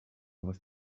was